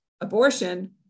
abortion